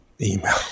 Email